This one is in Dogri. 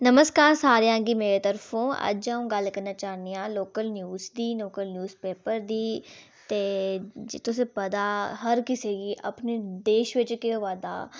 नमस्कार सारेआं गी मेरी तरफों अज्ज अ'ऊं गल्ल करना चाह्न्नी आं लोकल न्यूज दी कोई न्यूज पेपर दी ते तुसें गी पता हर कुसै देश बिच केह् होआ दा